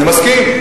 אני מסכים.